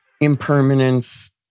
impermanence